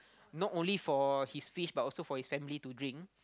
not only for his fish but also for his family to drink